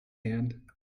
hand